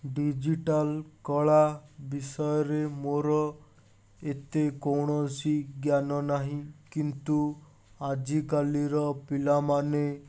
digital କଳା ବିଷୟରେ ମୋର ଏତେ କୌଣସି ଜ୍ଞାନ ନାହିଁ କିନ୍ତୁ ଆଜିକାଲିର ପିଲାମାନେ